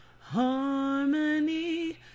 harmony